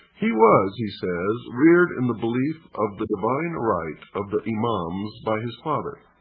he was, he says, reared in the belief of the divine right of the imams, by his father.